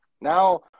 Now